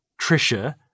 Trisha